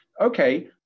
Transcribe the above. okay